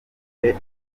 gihe